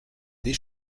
des